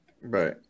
Right